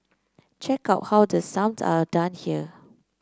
check out how the sums are done here